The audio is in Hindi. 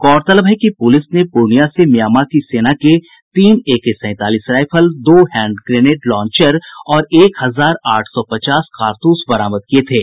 गौरतलब है कि पुलिस ने पूर्णिया से म्यांमा की सेना के तीन एके सैंतालीस राइफल दो ग्रेनेड लॉन्चर और एक हजार आठ सौ पचास कारतूस बरामद किये थे